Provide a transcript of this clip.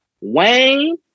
Wayne